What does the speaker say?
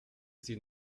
sie